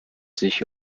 sich